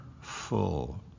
full